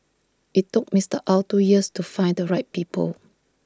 IT took Mister Ow two years to find the right people